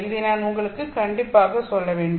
இதை நான் உங்களுக்கு கண்டிப்பாக சொல்லவேண்டும்